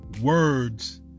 words